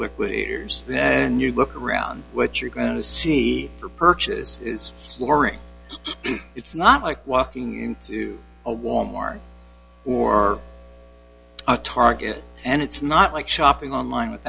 liquidators then you look around what you're going to see for purchase is flooring it's not like walking into a wal mart or target and it's not like shopping online with